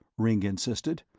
ringg insisted,